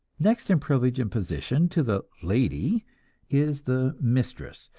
next in privilege and position to the lady is the mistress,